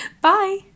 Bye